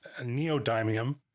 Neodymium